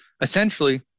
essentially